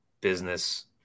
business